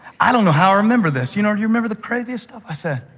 i don't know how i remember this. you know you remember the craziest stuff. i said,